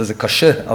וזה קשה,